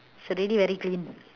it's already very clean